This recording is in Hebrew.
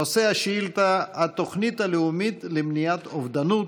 נושא השאילתה: התוכנית הלאומית למניעת אובדנות.